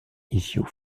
issue